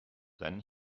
then